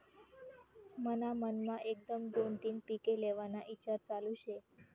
मन्हा मनमा एकदम दोन तीन पिके लेव्हाना ईचार चालू शे